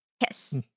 Yes